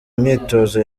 imyitozo